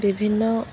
বিভিন্ন